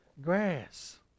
grass